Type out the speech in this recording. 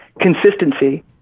consistency